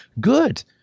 good